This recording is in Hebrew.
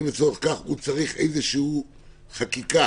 הוא צריך איזושהי חקיקה